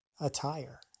attire